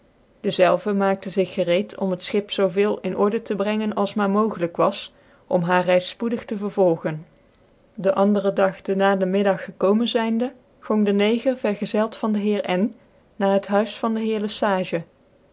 dezelve maakte zig gereed om het schip zoo veel in order te brengen als maar mogelyk was o n haar reize fpocdig te vervolgenden anderen dag de nulemiddag gekomen zynde gong de neger vcrzeld van de heer n na het huys van clc heer le s